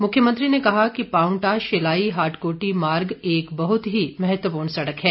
मुख्यमंत्री ने कहा कि पावंटा शिलाई हाटकोटी मार्ग एक बहुत ही महत्वपूर्ण सड़क है